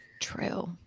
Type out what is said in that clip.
True